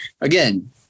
Again